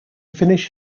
finish